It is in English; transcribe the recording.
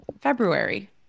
February